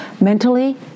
mentally